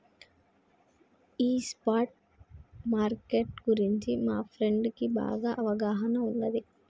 ఈ spot market గురించి మా ఫ్రెండుకి బాగా అవగాహన ఉన్నాది